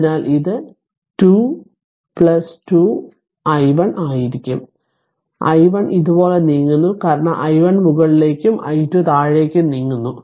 അതിനാൽ ഇത് 2 2 i1 ആയിരിക്കും i1 ഇതുപോലെ നീങ്ങുന്നു കാരണം i1 മുകളിലേക്കും i2 താഴേക്കും നീങ്ങുന്നു